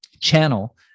channel